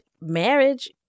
marriage